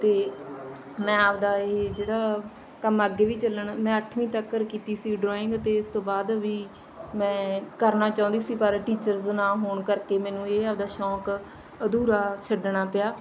ਅਤੇ ਮੈਂ ਆਪਦਾ ਇਹ ਜਿਹੜਾ ਕੰਮ ਅੱਗੇ ਵੀ ਚੱਲਣ ਮੈਂ ਅੱਠਵੀਂ ਤੱਕ ਕੀਤੀ ਸੀ ਡਰਾਇੰਗ ਅਤੇ ਇਸ ਤੋਂ ਬਾਅਦ ਵੀ ਮੈਂ ਕਰਨਾ ਚਾਹੁੰਦੀ ਸੀ ਪਰ ਟੀਚਰਸ ਨਾ ਹੋਣ ਕਰਕੇ ਮੈਨੂੰ ਇਹ ਆਪਦਾ ਸ਼ੌਕ ਅਧੂਰਾ ਛੱਡਣਾ ਪਿਆ